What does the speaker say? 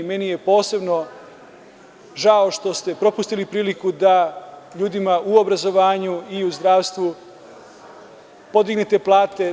Meni je posebno žao što ste propustili priliku da ljudima u obrazovanju i u zdravstvu podignete plate.